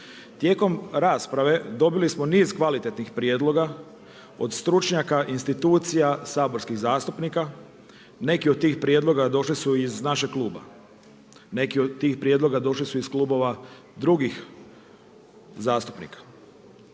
Tijekom rasprave dobili smo niz kvalitetnih prijedloga od stručnjaka, institucija, saborskih zastupnika. Neki od tih prijedloga došli su iz našeg kluba, neki od tih prijedloga došli su iz klubova drugih zastupnika.